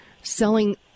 selling